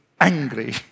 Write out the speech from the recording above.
angry